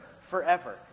forever